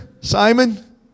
Simon